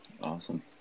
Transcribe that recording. Awesome